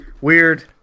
weird